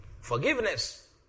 Forgiveness